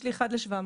יש לי אחד ל-700.